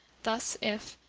thus, if,